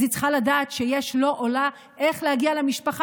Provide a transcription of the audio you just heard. אז היא צריכה לדעת שיש לו או לה איך להגיע למשפחה